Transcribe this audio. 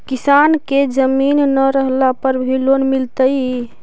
किसान के जमीन न रहला पर भी लोन मिलतइ?